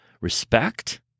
Respect